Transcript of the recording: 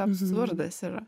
absurdas yra